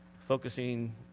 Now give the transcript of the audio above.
focusing